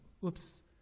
whoops